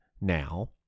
now